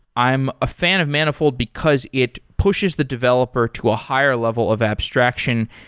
i'm a fan of manifold because it pushes the developer to a higher level of abstraction,